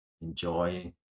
Enjoy